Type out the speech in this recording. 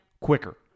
quicker